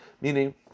Meaning